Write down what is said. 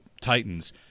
Titans